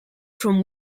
from